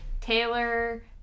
Taylor